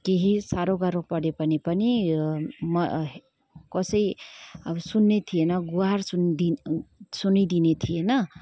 केही साह्रो गाह्रो पऱ्यो भने पनि म कसै अब सुन्ने थिएन गुहार सुन्दिन सुनिदिने थिएन